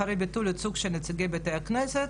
אחרי ביטול הייצוג של נציגי בתי הכנסת